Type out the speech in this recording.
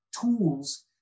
tools